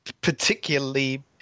Particularly